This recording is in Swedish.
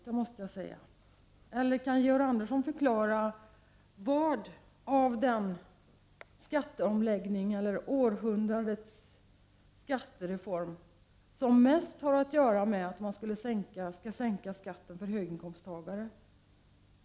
Kan Georg Andersson förklara vad som skulle gå till järnvägen av denna skatteomläggning, eller århundradets skattereform som mest handlar om att sänka skatten för höginkomsttagare.